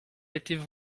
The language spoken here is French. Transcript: était